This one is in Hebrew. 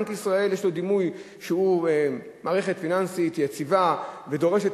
בנק ישראל יש לו דימוי שהוא מערכת פיננסית יציבה ודורשת